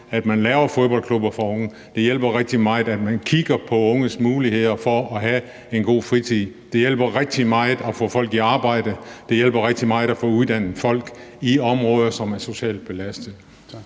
at man laver fodboldklubber for unge. Det hjælper rigtig meget, at man kigger på unges muligheder for at have en god fritid, det hjælper rigtig meget at få folk i arbejde, det hjælper rigtig meget at få uddannet folk i områder, som er socialt belastede.